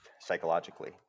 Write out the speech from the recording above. psychologically